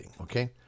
okay